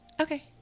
Okay